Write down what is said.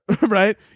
Right